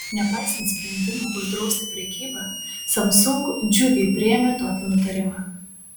nepaisant sprendimo uždrausti prekybą samsung džiugiai priėmė tokį nutarimą